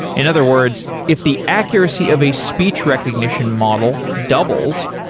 in other words, if the accuracy of a speech recognition model doubles,